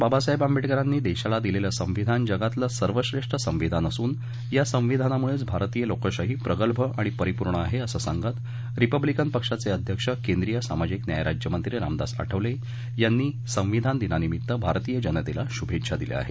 बाबासाहेब आंबेडकरांनी देशाला दिलेले संविधान जगातलं सर्वश्रेष्ठ संविधान असून या संविधानामुळेच भारतीय लोकशाही प्रगल्भ आणि परिपूर्ण आहे असं सांगत रिपब्लिकन पक्षाचे अध्यक्ष केंद्रीय सामाजिक न्याय राज्यमंत्री रामदास आठवले यांनी संविधान दिनानिमित्त भारतीय जनतेला शुभेच्छा दिल्या आहेत